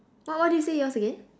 what what did you say yours again